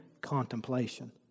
contemplation